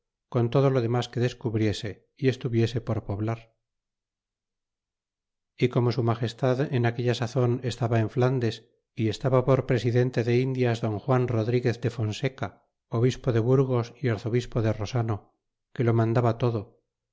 con todo lo demas que descubriese é estuviese por poblar y como su magestad en aquella sazon estaba en flandes y estaba por presidente de indias don juan rodriguez de fonseca obispo de burgos é arzobispo de rosano que lo mandaba todo